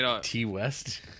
T-West